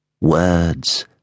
Words